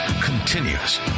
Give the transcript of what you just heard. continues